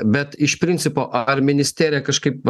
bet iš principo ar ministerija kažkaip